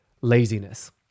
laziness